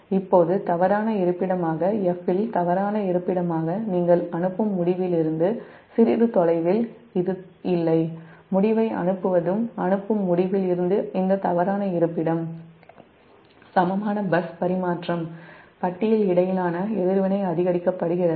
இப்போது தவறான இருப்பிடமாக 'F' இல் நீங்கள் அனுப்பும் முடிவிலிருந்து சிறிது தொலைவில் இது இல்லை முடிவை அனுப்புவது அனுப்பும் முடிவில் இருந்து இந்த தவறான இருப்பிடம் சமமான பஸ் பரிமாற்றம் பட்டியில் இடையிலான எதிர்வினை அதிகரிக்கப்படுகிறது